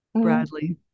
Bradley